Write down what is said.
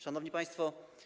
Szanowni Państwo!